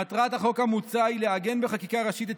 מטרת החוק המוצע היא לעגן בחקיקה ראשית את